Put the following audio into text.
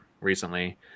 recently